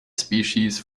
species